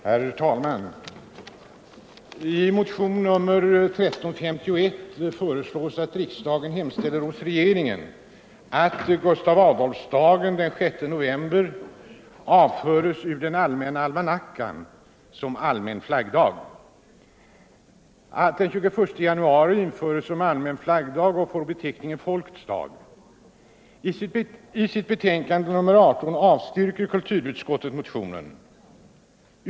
Herr talman! I motionen 1351 föreslås att riksdagen hemställer hos regeringen att Gustav Adolfsdagen den 6 november avföres ur den allmänna almanackan som allmän flaggdag samt att den 26 januari införes som allmän flaggdag och får beteckningen Folkets dag. I sitt betänkande nr 18 avstyrker kulturutskottet motionen.